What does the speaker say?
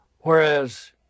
Whereas